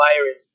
virus